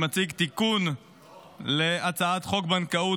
אני מציג תיקון להצעת חוק הבנקאות